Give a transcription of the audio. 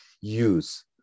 use